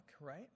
right